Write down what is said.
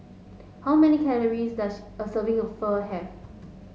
how many calories does a serving of Pho have